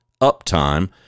uptime